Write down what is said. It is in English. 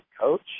Coach